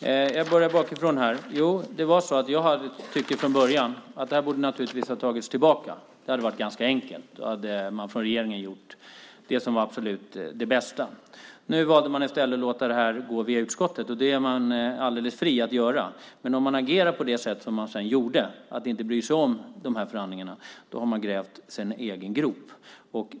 Jag börjar bakifrån. Jo, det var så att jag tyckte från början att det här naturligtvis borde ha tagits tillbaka. Det hade varit ganska enkelt. Då hade man från regeringen gjort det som var det absolut bästa. Nu valde man i stället att låta det här gå via utskottet, och det är man alldeles fri att göra. Men om man agerar på det sätt som man sedan gjorde och inte bryr sig om de här förhandlingarna, då har man så att säga grävt en grop åt sig själv.